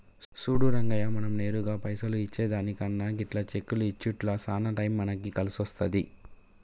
సూడు రంగయ్య మనం నేరుగా పైసలు ఇచ్చే దానికన్నా గిట్ల చెక్కులు ఇచ్చుట్ల సాన టైం మనకి కలిసొస్తాది